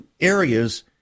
areas